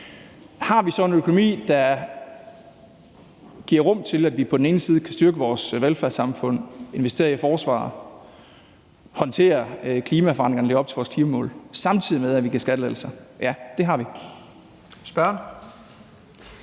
Har vi så en økonomi, der giver rum til, at vi på den ene side kan styrke vores velfærdssamfund, investere i forsvaret, håndtere klimaforandringerne og leve op til vores klimamål, samtidig med at vi på den anden side giver skattelettelser? Ja, det har vi. Kl.